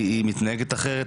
היא מתנהגת אחרת,